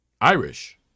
Irish